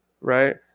right